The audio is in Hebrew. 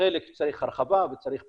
חלק צריך הרחבה וצריך פירוט,